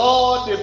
Lord